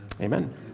Amen